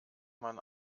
man